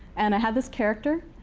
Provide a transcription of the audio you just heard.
and i had this character,